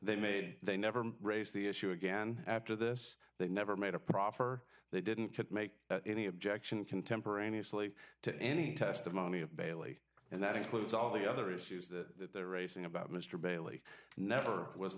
they made they never raise the issue again after this they never made a proffer they didn't make any objection contemporaneously to any testimony of bailey and that includes all the other issues that they're raising about mr bailey never was